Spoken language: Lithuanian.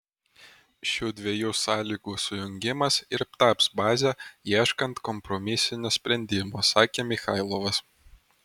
šių dviejų sąlygų sujungimas ir taps baze ieškant kompromisinio sprendimo sakė michailovas